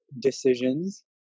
decisions